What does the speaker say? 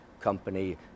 company